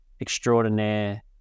extraordinaire